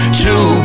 two